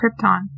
Krypton